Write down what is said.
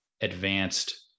advanced